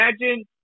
imagine